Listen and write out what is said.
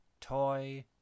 toy